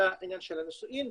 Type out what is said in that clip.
בעניין של הנישואים.